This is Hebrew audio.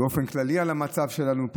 באופן כללי על המצב שלנו פה.